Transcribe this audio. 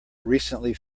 recently